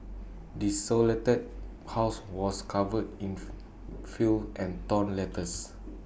desolated house was covered in filth and torn letters